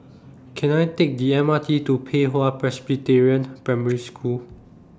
Can I Take The M R T to Pei Hwa Presbyterian Primary School